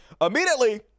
immediately